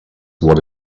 what